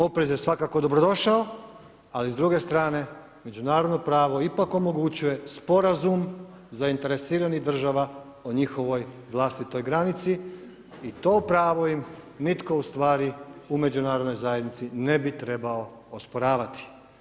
Oprez je svakako dobrodošao, ali s druge strane, međunarodno pravo ipak omogućuje Sporazum zainteresiranih država o njihovoj vlastitoj granici i to pravo im nitko ustvari u Međunarodnoj zajednici ne bi trebao osporavati.